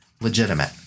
legitimate